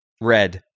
Red